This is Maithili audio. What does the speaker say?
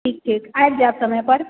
ठीक छै आबि जायब समय पर